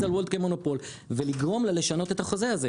על וולט כמונופול ולגרום לה לשנות את החוזה הזה,